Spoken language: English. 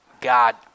God